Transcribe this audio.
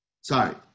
sorry